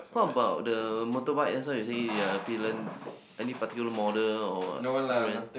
what about the motorbike just now you said you're a pillion any particular model or brand